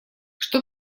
что